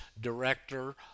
director